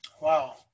Wow